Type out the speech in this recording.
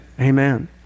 Amen